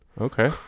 Okay